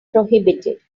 prohibited